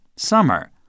Summer